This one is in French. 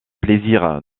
plaisir